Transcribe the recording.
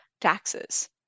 taxes